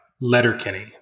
Letterkenny